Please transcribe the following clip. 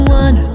one